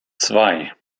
zwei